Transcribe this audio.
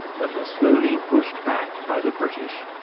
but were slowly pushed back by the british.